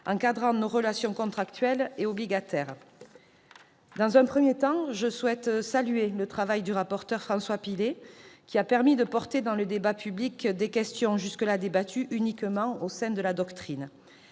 encadre les relations contractuelles et obligataires et dont l'utilité est quotidienne. Dans un premier temps, je souhaite saluer le travail du rapporteur, François Pillet, qui a permis de porter dans le débat public des questions jusque-là débattues uniquement au sein de la doctrine.